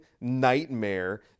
nightmare